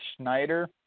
Schneider